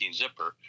zipper